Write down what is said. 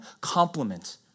complement